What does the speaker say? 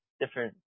different